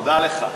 תודה לך.